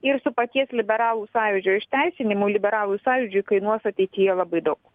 ir su paties liberalų sąjūdžio išteisinimu liberalų sąjūdžiui kainuos ateityje labai daug